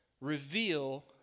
reveal